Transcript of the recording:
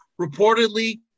Reportedly